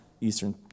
Eastern